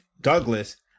Douglas